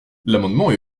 l’amendement